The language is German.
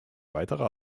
weiterer